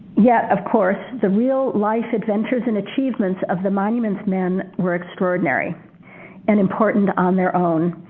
yet, of course, the real life and achievements of the monuments men were extraordinary and important on their own.